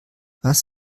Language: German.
was